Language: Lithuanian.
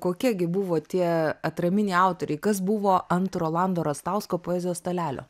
kokie gi buvo tie atraminiai autoriai kas buvo ant rolando rastausko poezijos stalelio